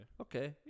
okay